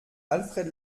alfred